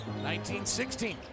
19-16